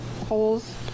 holes